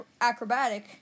acrobatic